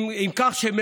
לבושתה של החברה ישראלית,